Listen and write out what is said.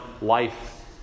life